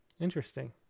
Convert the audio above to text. Interesting